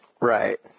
Right